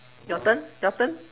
your turn your turn